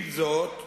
עם זאת,